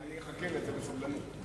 אני אחכה לזה בסבלנות.